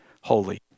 holy